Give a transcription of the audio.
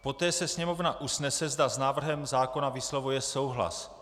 Poté se Sněmovna usnese, zda s návrhem zákona vyslovuje souhlas.